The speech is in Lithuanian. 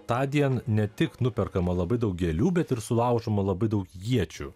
tądien ne tik nuperkama labai daug gėlių bet ir sulaužoma labai daug iečių